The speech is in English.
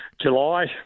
July